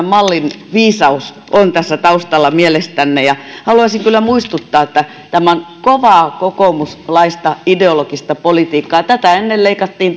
mallin viisaus tässä taustalla mielestänne on haluaisin kyllä muistuttaa että tämä on kovaa kokoomuslaista ideologista politiikkaa tätä ennen leikattiin